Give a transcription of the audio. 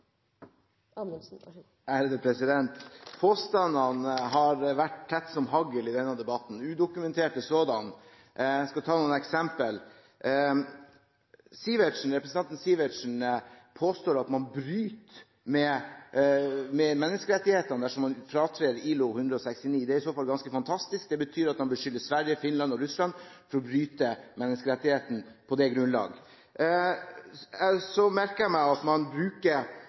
Amundsen har hatt ordet to ganger tidligere og får ordet til en kort merknad, begrenset til 1 minutt. Påstandene har kommet tett som hagl i denne debatten, udokumenterte sådanne. Jeg skal ta noen eksempler. Representanten Sivertsen påstår at man bryter med menneskerettighetene dersom man fratrer ILO-konvensjon nr. 169. Det er i så fall ganske fantastisk. Det betyr at man beskylder Sverige, Finland og Russland for å bryte menneskerettighetene på det grunnlag. Så merker jeg meg at man,